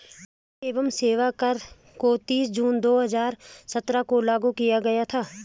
वस्तु एवं सेवा कर को तीस जून दो हजार सत्रह को लागू किया गया था